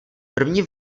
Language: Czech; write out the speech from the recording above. první